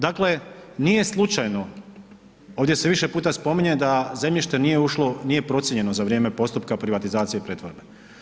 Dakle, nije slučajno ovdje se više puta spominje da zemljište nije procijenjeno za vrijeme postupka privatizacije i pretvorbe.